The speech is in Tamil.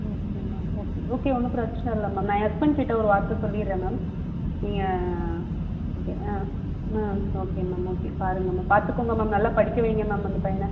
ஓகே மேம் ஓகே ஓகே ஒன்றும் பிரச்சின இல்லை மேம் நான் என் ஹஸ்பண்ட் கிட்ட ஒரு வார்த்தை சொல்லிடுறேன் மேம் நீங்கள் ஓகே ஆ ஆ ஓகே மேம் ஓகே பாருங்கள் மேம் பார்த்துக்கோங்க மேம் நல்லா படிக்க வைங்க மேம் அந்த பையனை